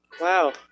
Wow